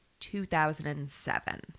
2007